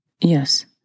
Yes